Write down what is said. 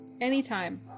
Anytime